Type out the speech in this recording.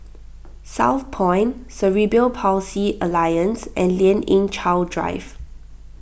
Southpoint Cerebral Palsy Alliance and Lien Ying Chow Drive